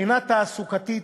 מבחינה תעסוקתית,